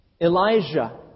Elijah